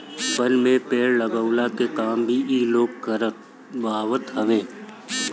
वन में पेड़ लगवला के काम भी इ लोग करवावत हवे